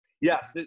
Yes